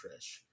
Trish